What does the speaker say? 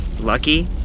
Lucky